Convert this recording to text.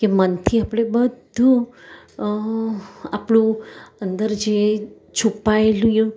કે મનથી આપણે બધું આપણું અંદર જે છુપાયેલું